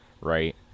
right